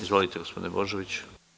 Izvolite, gospodine Božović.